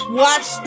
watch